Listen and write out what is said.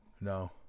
No